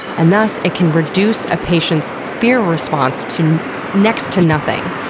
and thus, it can reduce a patient's fear response to next to nothing.